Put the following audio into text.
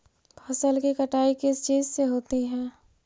फसल की कटाई किस चीज से होती है?